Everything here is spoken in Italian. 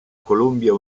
columbia